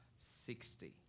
sixty